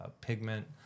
pigment